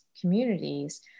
communities